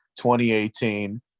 2018